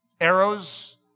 Arrows